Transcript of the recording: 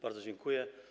Bardzo dziękuję.